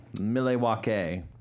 Milwaukee